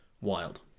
Wild